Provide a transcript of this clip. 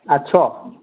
आदस'